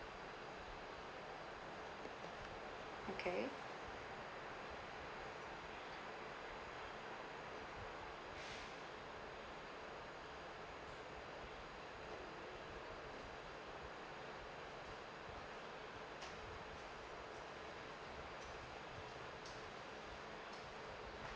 okay